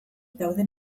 dauden